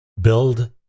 Build